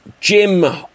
Jim